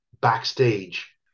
backstage